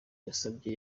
yasabye